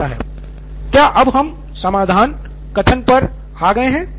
सिद्धार्थ मटूरी क्या अब हम समाधान कथन पा गए हैं